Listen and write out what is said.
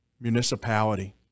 municipality